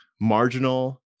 marginal